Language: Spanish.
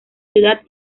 ciudad